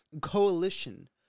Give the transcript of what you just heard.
coalition